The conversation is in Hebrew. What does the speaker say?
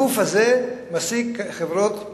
הגוף הממשלתי הזה מעסיק כוח-אדם.